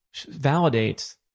validates